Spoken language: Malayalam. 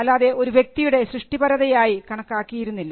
അല്ലാതെ ഒരു വ്യക്തിയുടെ സൃഷ്ടിപരതയായി കണക്കാക്കിയിരുന്നില്ല